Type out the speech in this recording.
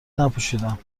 نپوشیدم